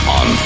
on